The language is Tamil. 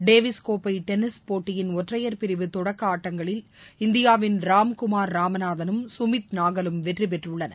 டேவிஸ்கோப்பை டென்னிஸ் போட்டியின் ஒற்றையர் பிரிவு தொடக்க ஆட்டங்களில் இந்தியாவின் ராம்குமார் ராமநாதனும் சுமித் நாகலும் வெற்றிபெற்றுள்ளனர்